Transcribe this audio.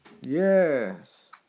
Yes